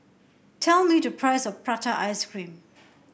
tell me the price of Prata Ice Cream